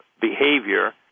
behavior